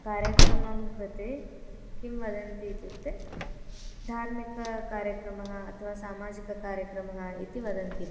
कार्यक्रमं कृते किं वदन्ति इत्युक्ते धार्मिककार्यक्रमः अथवा सामाजिककार्यक्रमः इति वदन्ति